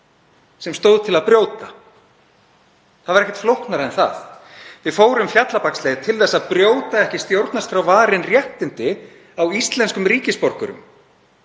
sem stóð til að brjóta gegn. Það var ekkert flóknara en það. Við fórum fjallabaksleið til að brjóta ekki stjórnarskrárvarin réttindi á íslenskum ríkisborgurum,